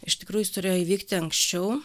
iš tikrųjų jis turėjo įvykti anksčiau